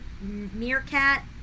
meerkat